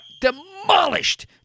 demolished